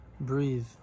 breathe